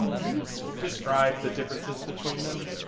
can you describe the differences between them?